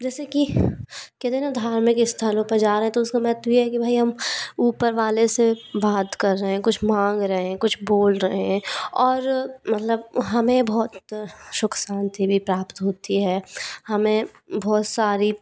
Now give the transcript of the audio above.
जैसे कि कहते हैं ना धार्मिक स्थलों पर जा रहे तो उसका महत्व ये है कि भाई हम ऊपर वाले से बात कर रहे हैं कुछ मांग रहे हैं कुछ बोल रहे हैं और मतलब हमें बहुत सुख शांति भी प्राप्त होती है हमें बहुत सारी